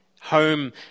Home